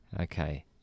Okay